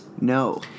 No